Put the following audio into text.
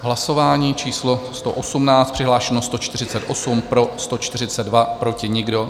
Hlasování číslo 118, přihlášeno 148, pro 142, proti nikdo.